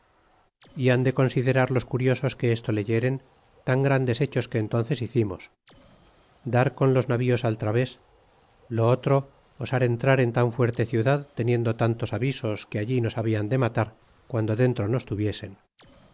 e han de considerar los curiosos que esto leyeren tan grandes hechos que entúnces hicimos dar con los navíos al traves lo otro osar entrar en tan fuerte ciudad teniendo tantos avisos que allí nos hablan de matar guando dentro nos tuviesen